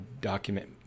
document